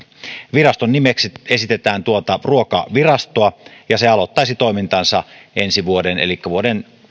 viraston nimeksi esitetään tuota ruokavirastoa ja se aloittaisi toimintansa ensi vuoden elikkä vuoden